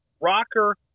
rocker